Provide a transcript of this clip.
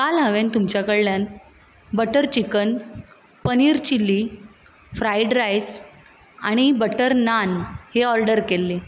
काल हांवेन तुमचे कडल्यान butter chicken paneer chilli fried rice आनी बटर नान हें ऑर्डर केल्लीं